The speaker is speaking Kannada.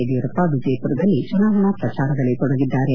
ಯಡಿಯೂರಪ್ಪ ವಿಜಯಪುರದಲ್ಲಿ ಚುನಾವಣಾ ಪ್ರಚಾರದಲ್ಲಿ ತೊಡಗಿದ್ದಾರೆ